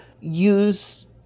use